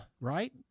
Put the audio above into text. Right